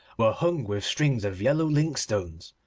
were hung with strings of yellow lynx-stones.